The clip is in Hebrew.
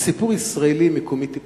זה סיפור ישראלי מקומי טיפוסי.